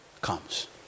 comes